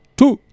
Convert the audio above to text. two